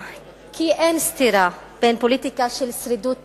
כי אין סתירה בין פוליטיקה של שרידות